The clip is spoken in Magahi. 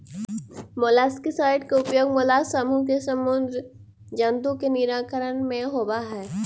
मोलस्कीसाइड के उपयोग मोलास्क समूह के समुदी जन्तु के निराकरण में होवऽ हई